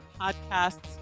podcasts